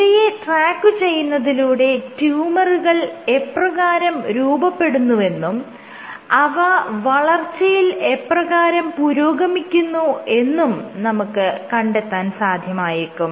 ഇവയെ ട്രാക്കുചെയ്യുന്നതിലൂടെ ട്യൂമറുകൾ എപ്രകാരം രൂപപ്പെടുന്നുവെന്നും അവ വളർച്ചയിൽ എപ്രകാരം പുരോഗമിക്കുന്നു എന്നും നമുക്ക് കണ്ടെത്താൻ സാധ്യമായേക്കും